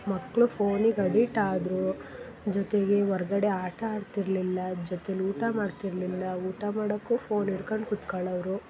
ಮಕ್ಕಳು ಫೋನಿಗೆ ಅಡಿಟ್ ಆದರು ಜೊತೆಗೆ ಹೊರ್ಗಡೆ ಆಟ ಆಡ್ತಿರಲಿಲ್ಲ ಜೊತೆಲಿ ಊಟ ಮಾಡ್ತಿರಲಿಲ್ಲ ಊಟ ಮಾಡಕ್ಕೂ ಫೋನ್ ಹಿಡ್ಕೊಂಡ್ ಕುತ್ಕಳೋವರು